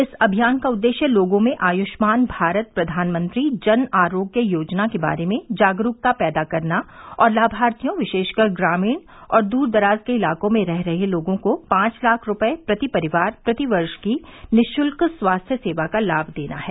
इस अभियान का उद्देश्य लोगों में आयुष्मान भारत प्रघानमंत्री जन आरोग्य योजना के बारे में जागरूकता पैदा करना और लामार्थियों विशेषकर ग्रामीण और दूर दराज के इलाकों में रह रहे लोगों को पांच लाख रूपये प्रति परिवार प्रति वर्ष की निःशत्क स्वास्थ्य सेवा का लाम देना है